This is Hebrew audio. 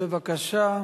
בבקשה.